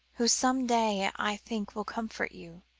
who some day i think will comfort you.